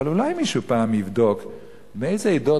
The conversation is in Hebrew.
אבל אולי מישהו פעם יבדוק מאיזה עדות